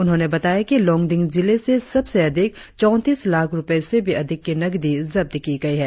उन्होंने बताया कि लोंगडिंग जिले से सबसे अधिक चौतीस लाख रुपये से भी अधिक की नकदी जब्त की गई है